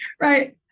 right